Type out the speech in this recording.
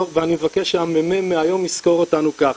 ואני מבקש שהממ"מ מהיום יזכור אותנו ככה,